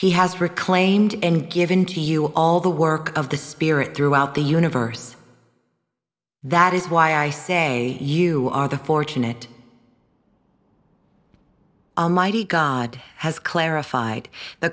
he has reclaimed and given to you all the work of the spirit throughout the universe that is why i say you are the fortunate and mighty god has clarified the